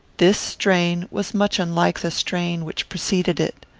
this strain was much unlike the strain which preceded it.